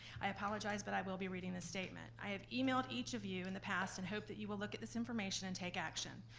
i apologize, but i will be reading this statement. i have emailed each of you in the past and hope that you will look at this information and take action.